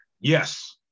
Yes